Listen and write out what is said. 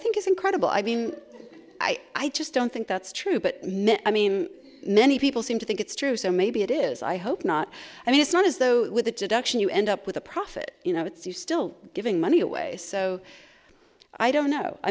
think is incredible i mean i just don't think that's true but i mean many people seem to think it's true so maybe it is i hope not i mean it's not as though with a deduction you end up with a profit you know it's you still giving money away so i don't know i